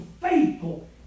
faithful